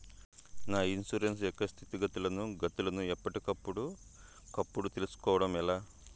నా ఇన్సూరెన్సు యొక్క స్థితిగతులను గతులను ఎప్పటికప్పుడు కప్పుడు తెలుస్కోవడం ఎలా?